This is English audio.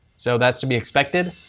so that's to be expected?